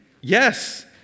Yes